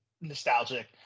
nostalgic